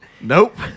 Nope